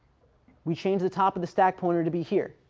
we change the top of the stack pointer to be here.